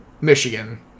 Michigan